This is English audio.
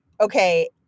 okay